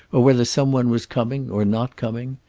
or whether some one was coming, or not coming.